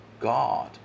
God